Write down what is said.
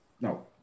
no